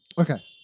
Okay